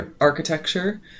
architecture